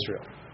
Israel